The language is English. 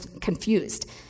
confused